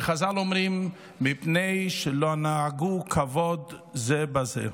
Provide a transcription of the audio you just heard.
וחז"ל אומרים: "מפני שלא נהגו כבוד זה בזה".